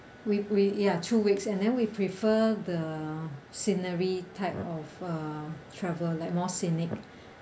we we ya two weeks and then we prefer the scenery type of uh travel like more scenic